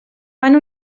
van